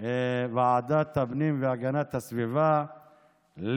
ועדת הפנים והגנת הסביבה,